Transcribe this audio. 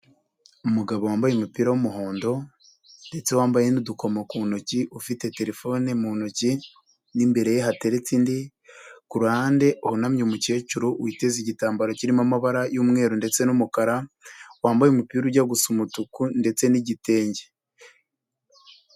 Umugabo wambaye umupira w'umuhondo ndetse wambaye n'udukomo ku ntoki ufite telefone mu ntoki n'imbere ye hateretse indi, ku ruhande hunamye umukecuru witeze igitambaro kirimo amabara y'umweru ndetse n'umukara, wambaye umupira ujya gusa umutuku ndetse n'igitenge.